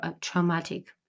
traumatic